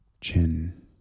chin